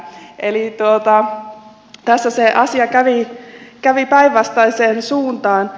eli tässä se asia kävi päinvastaiseen suuntaan